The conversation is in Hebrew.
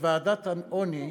שהוועדה למלחמה בעוני,